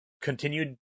continued